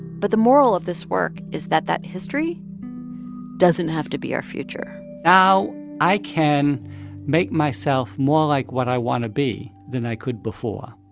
but the moral of this work is that that history doesn't have to be our future now i can make myself more like what i want to be than i could before.